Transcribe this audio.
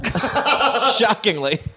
Shockingly